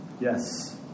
Yes